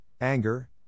anger